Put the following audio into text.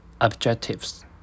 Objectives